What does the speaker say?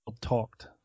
talked